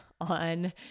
on